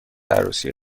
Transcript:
عروسی